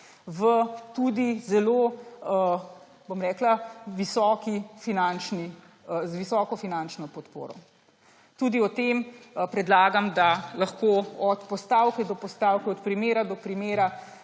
tudi z zelo visoko finančno podporo. Tudi o tem predlagam, da od postavke do postavke, od primera do primera